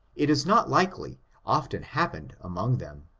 it is not likely often hap pened among then.